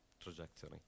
trajectory